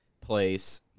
place